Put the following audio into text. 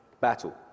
battle